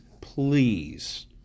please